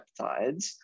peptides